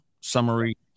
summary